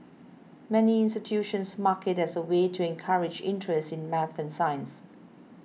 many institutions mark it as a way to encourage interest in math and science